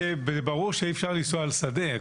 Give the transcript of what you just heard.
ברור שאי אפשר לנסוע על שדה.